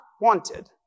wanted